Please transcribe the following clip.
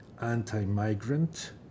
anti-migrant